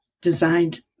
designed